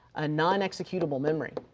ah non-executable memory.